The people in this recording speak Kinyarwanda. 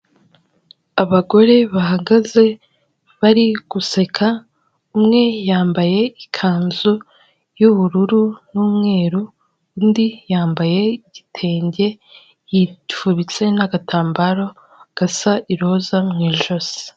Abagore bahagaze, bari guseka, umwe yambaye ikanzu y'ubururu, n'umweru, undi yambaye igitenge, yifubitse n'agatambaro gasa iroza mu ijosi.